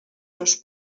seus